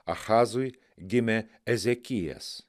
achazui gimė ezekijas